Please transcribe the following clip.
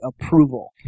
approval